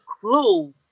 clue